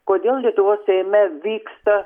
kodėl lietuvos seime vyksta